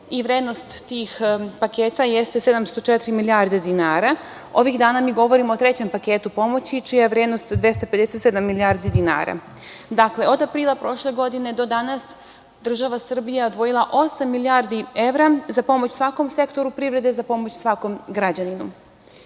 Vrednost tih paketa jeste 704 milijarde dinara. Ovih dana mi govorimo o trećem paketu pomoći, čija je vrednost 257 milijardi dinara. Dakle, od aprila prošle godine do danas, država Srbija je odvojila osam milijardi evra za pomoć svakom sektoru privrede, za pomoć svakom građaninu. Mi